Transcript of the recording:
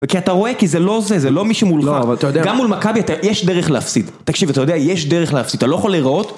וכי אתה רואה כי זה לא זה, זה לא מי שמולך, לא אבל אתה יודע, גם מול מכבי יש דרך להפסיד. תקשיב, אתה יודע, יש דרך להפסיד, אתה לא יכול לראות.